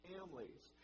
Families